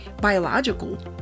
biological